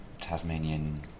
Tasmanian